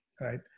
right